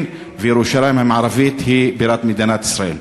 וירושלים המערבית היא בירת מדינת ישראל.